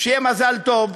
שהיה מזל טוב,